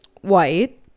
white